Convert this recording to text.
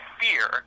fear